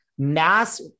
mass